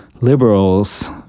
liberals